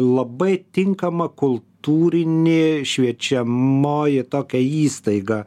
labai tinkama kultūrinė šviečiamoji tokia įstaiga